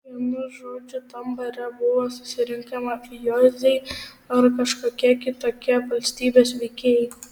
vienu žodžiu tam bare buvo susirinkę mafijoziai ar kažkokie kitokie valstybės veikėjai